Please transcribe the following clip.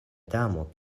damo